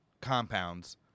compounds